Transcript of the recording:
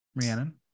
Rhiannon